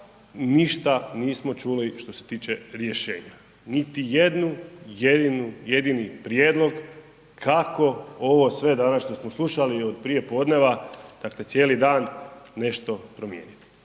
ništa nismo čuli što se tiče rješenja, niti jedan jedini prijedlog kako ovo sve što smo danas slušali i od prijepodneva, dakle cijeli dan nešto promijeniti,